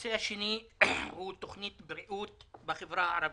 הנושא השני הוא תוכנית בריאות בחברה הערבית.